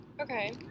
Okay